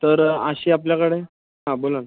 तर अशी आपल्याकडे हां बोला ना